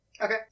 Okay